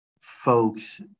folks